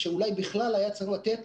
כאשר אולי היה צריך לתת